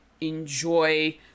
enjoy